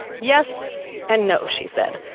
yes and no, she said,